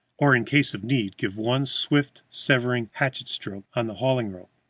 or, in case of need, give one swift, severing hatchet-stroke on the hauling-rope.